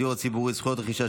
הצעת חוק הדיור הציבורי (זכויות רכישה),